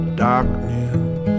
darkness